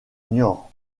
niort